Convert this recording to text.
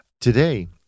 today